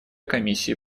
комиссии